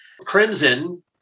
Crimson